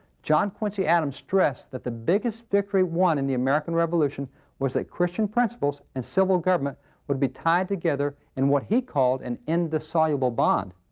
john quincy adams stressed that the biggest victory won in the american revolution was that christian principles and civil government would be tied together in what he called an indissoluble bond.